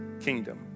kingdom